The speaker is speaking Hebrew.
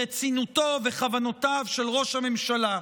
רצינותו וכוונותיו של ראש הממשלה.